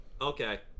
okay